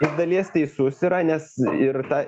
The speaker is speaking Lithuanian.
iš dalies teisus yra nes ir ta